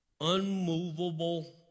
unmovable